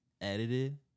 edited